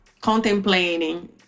contemplating